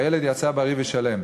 והילד יצא בריא ושלם.